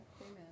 Amen